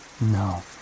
No